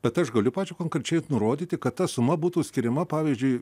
bet aš galiu pačio konkrečiai nurodyti kad ta suma būtų skiriama pavyzdžiui